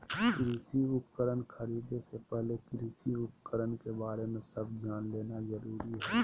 कृषि उपकरण खरीदे से पहले कृषि उपकरण के बारे में सब जान लेना जरूरी हई